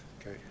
Okay